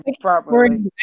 properly